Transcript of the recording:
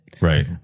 Right